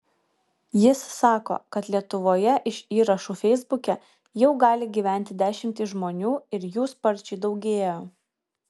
jis sako kad lietuvoje iš įrašų feisbuke jau gali gyventi dešimtys žmonių ir jų sparčiai daugėja